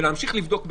ולהמשיך לבדוק בתוכה,